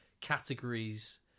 categories